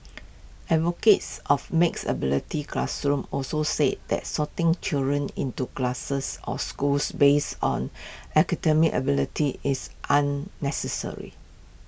advocates of mixed ability classrooms also say that sorting children into classes or schools based on academic ability is unnecessary